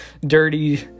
dirty